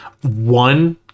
one